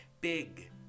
big